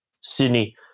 Sydney